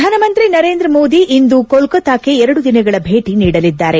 ಪ್ರಧಾನಮಂತ್ರಿ ನರೇಂದ್ರ ಮೋದಿ ಇಂದು ಕೋಲ್ಕತಾಕ್ಕೆ ಎರಡು ದಿನಗಳ ಭೇಟ ನೀಡಲಿದ್ದಾರೆ